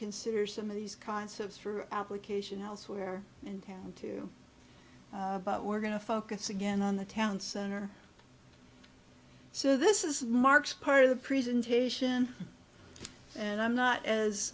consider some of these concepts for application elsewhere in town too but we're going to focus again on the town center so this is mark's part of the presentation and i'm not as